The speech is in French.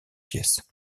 pièce